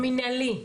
במנהלי.